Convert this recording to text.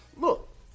look